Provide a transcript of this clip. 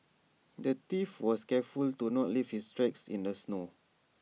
the thief was careful to not leave his tracks in the snow